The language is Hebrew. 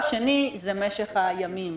משך הימים.